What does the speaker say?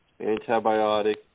antibiotic